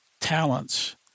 talents